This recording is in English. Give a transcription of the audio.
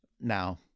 now